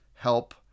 help